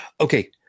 Okay